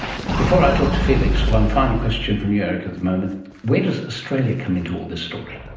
before i talk to felix, one final question from you erich at the moment where does australia come into all this story?